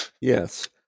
Yes